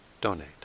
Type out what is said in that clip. donate